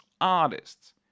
artists